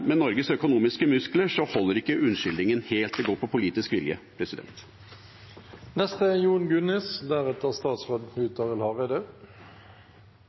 med Norges økonomiske muskler holder ikke unnskyldningen helt. Det går på politisk vilje.